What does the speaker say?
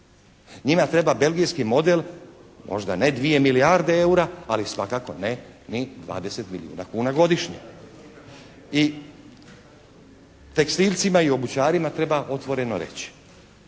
Njima treba belgijski model, možda ne dvije milijarde EUR-a ali svakako ne ni 20 milijuna kuna godišnje. I tekstilcima i obućarima treba otvoreno reći.